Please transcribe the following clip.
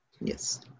Yes